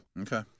Okay